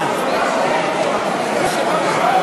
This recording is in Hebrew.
אני הקשבתי גם לאנשי האופוזיציה,